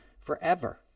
forever